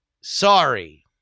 sorry